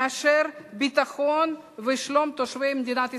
יותר מאשר ביטחון ושלום תושבי מדינת ישראל.